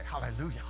hallelujah